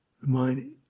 mind